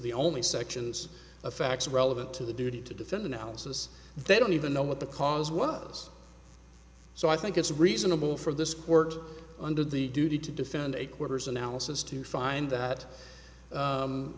the only sections of facts relevant to the duty to defend analysis they don't even know what the cause was so i think it's reasonable for this work under the duty to defend a quarter's analysis to find that